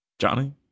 Johnny